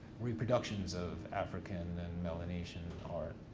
reproductions of african and melanesian art.